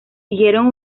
siguieron